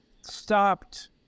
stopped